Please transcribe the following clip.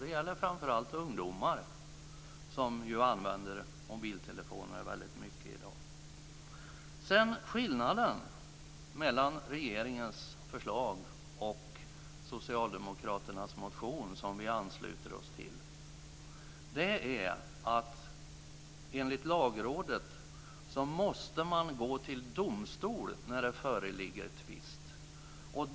Det gäller framför allt ungdomar, som ju använder mobiltelefoner väldigt mycket i dag. Skillnaden mellan regeringens förslag och socialdemokraternas motion, som vi ansluter oss till, har att göra med att man enligt Lagrådet måste gå till domstol när det föreligger tvist.